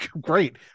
Great